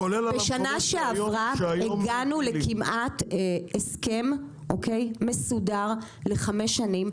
כולל הנתונים שהיום -- בשנה שעברה הגענו לכמעט הסכם מסודר לחמש שנים,